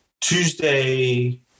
tuesday